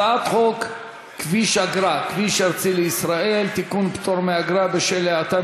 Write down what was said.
כביש אגרה הוא כביש שמשלמים בו כסף